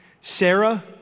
Sarah